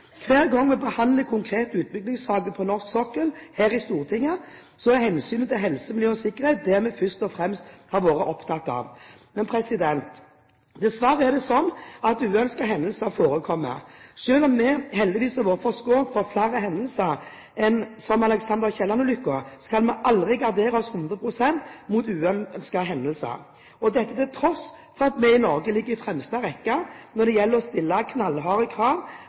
Hver gang vi behandler konkrete utbyggingssaker på norsk sokkel her i Stortinget, er hensynet til helse, miljø og sikkerhet det vi først og fremst er opptatt av. Dessverre er det sånn at uønskede hendelser forekommer. Selv om vi heldigvis har vært forskånet for flere hendelser som «Alexander Kielland»-ulykken, kan vi aldri gardere oss hundre prosent mot uønskede hendelser – dette til tross for at vi i Norge ligger i fremste rekke når det gjelder å stille knallharde krav